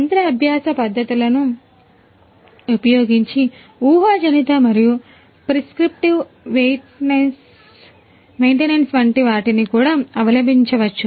యంత్ర అభ్యాస పద్ధతులనుమరియు ప్రిస్క్రిప్టివ్ మెయింటెనెన్స్prescriptive maintenance వంటి వాటిని కూడా అవలంబించవచ్చు